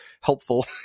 helpful